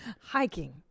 Hiking